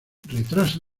retrasa